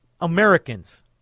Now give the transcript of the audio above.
Americans